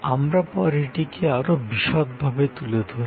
আমরা পরে এটিকে আরও বিশদভাবে তুলে ধরব